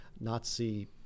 Nazi